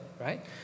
right